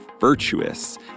Virtuous